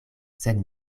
sed